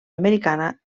americana